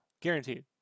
Guaranteed